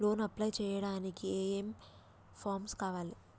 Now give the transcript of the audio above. Loan apply చేయడానికి ఏం ఏం ఫామ్స్ కావాలే?